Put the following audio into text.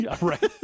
Right